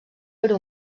per